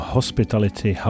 Hospitality